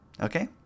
okay